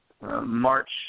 March